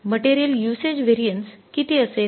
तर material usage variance किती असेल